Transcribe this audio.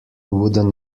wooden